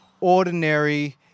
ordinary